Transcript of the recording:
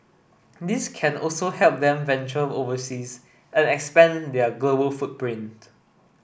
this can also help them venture overseas and expand their global footprint